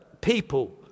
people